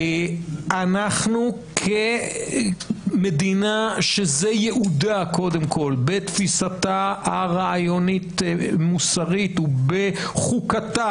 אנחנו מדינה שזה ייעודה קודם כול בתפיסתה הרעיונית המוסרית ובחוקתה,